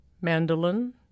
mandolin